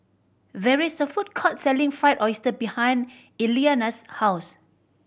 there is a food court selling Fried Oyster behind Eliana's house